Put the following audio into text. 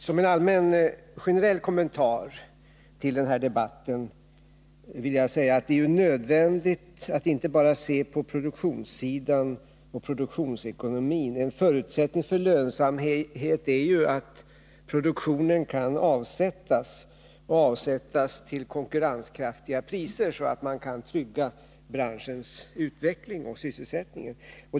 Herr talman! Som generell kommentar till den här debatten vill jag säga: Det är nödvändigt att inte bara se på produktionssidan och produktionsekonomin. En förutsättning för lönsamhet är ju att produktionen kan avsättas — till konkurrenskraftiga priser, så att man kan trygga branschens utveckling och sysselsättning.